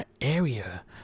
area